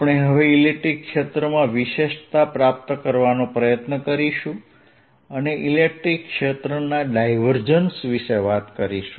આપણે હવે ઇલેક્ટ્રિક ક્ષેત્રમાં વિશેષતા પ્રાપ્ત કરવાનો પ્રયત્ન કરીશું અને ઇલેક્ટ્રિક ક્ષેત્રના ડાયવર્જન્સ વિશે વાત કરીશું